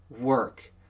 work